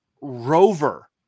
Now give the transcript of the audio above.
Rover